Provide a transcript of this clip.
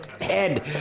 head